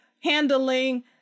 handling